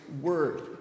word